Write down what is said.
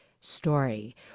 story